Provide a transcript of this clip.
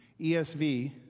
ESV